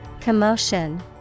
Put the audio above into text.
Commotion